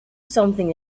something